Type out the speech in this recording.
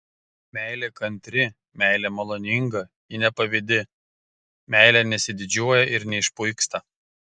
meilė kantri meilė maloninga ji nepavydi meilė nesididžiuoja ir neišpuiksta